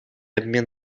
обмен